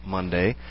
Monday